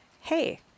Hey